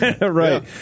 Right